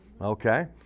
okay